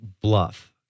bluff